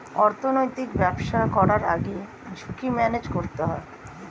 অর্থনৈতিক ব্যবসা করার আগে ঝুঁকি ম্যানেজ করতে হয়